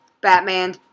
Batman